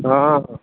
हँ